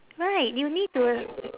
right you need to